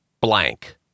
blank